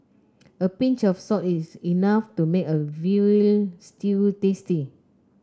a pinch of salt is enough to make a veal stew tasty